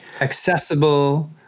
accessible